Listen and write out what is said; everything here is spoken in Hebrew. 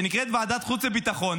שנקרא ועדת החוץ והביטחון,